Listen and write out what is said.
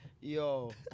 Yo